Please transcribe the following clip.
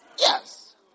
Yes